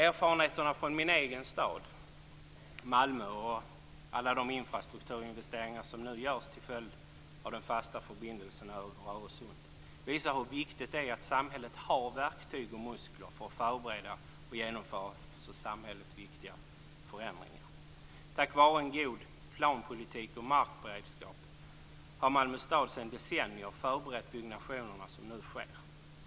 Erfarenheterna från min egen stad, Malmö, och alla de infrastrukturinvesteringar som nu görs till följd av den fasta förbindelsen över Öresund, visar hur viktigt det är att samhället har verktyg och muskler för att förbereda och genomföra för samhället viktiga förändringar. Tack vare en god planpolitik och markberedskap har Malmö stad sedan decennier förberett de byggnationer som nu sker.